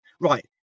right